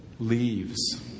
leaves